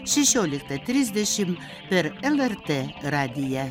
šešioliktą trisdešim per el er tė radiją